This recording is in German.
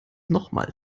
nochmal